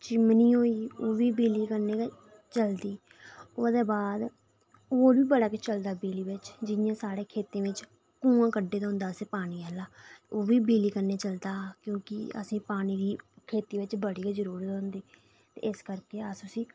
chimney होई ओह्बी बिजली कन्नै गै चलदी ओह्दे बाद होर बी बड़ा किश चलदा बिजली बिच जि'यां साढ़े खेतें बिच कुआं कड्ढे दा होंदा असें ते ओह्बी बिजली कन्नै चलदा क्योंकि असेंगी पानी दी खेती बिच बड़ी गै जरूरत होंदी ते इस करियै अस उसी